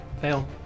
Fail